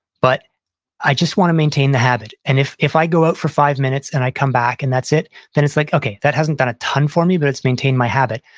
but i just want to maintain the habit. and if if i go out for five minutes and i come back and that's it, then it's like, okay, that hasn't done a ton for me, but it's maintained my habit.